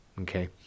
okay